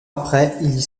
après